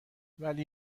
ولی